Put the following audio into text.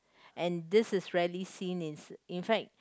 and this is rarely seen in in fact